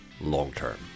long-term